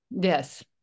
Yes